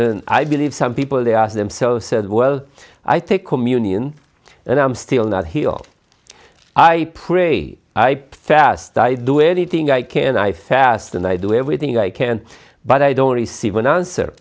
i believe some people they ask themselves says well i take communion and i'm still not here i pray i fast i do anything i can i fast and i do everything i can but i don't receive a